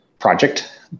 project